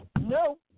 no